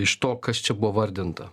iš to kas čia buvo vardinta